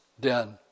den